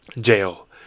jail